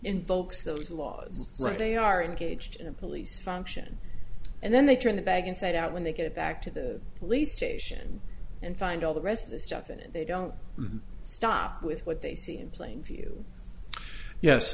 invokes those laws right they are engaged in a police function and then they turn the bag inside out when they get back to the police station and find all the rest of the stuff in it they don't stop with what they see in plain view yes